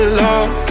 love